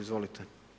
Izvolite.